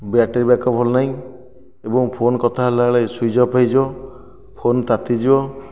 battery backup ଭଲ ନାହିଁ ଏବଂ ଫୋନ୍ କଥା ହେଲାବେଳେ ସୁଇଚ୍ ଅଫ୍ ହୋଇଯିବ ଫୋନ୍ ତାତିଯିବ